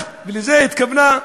לזה התכוונה הממשלה,